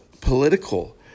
political